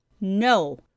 No